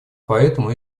поэтому